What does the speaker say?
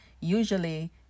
usually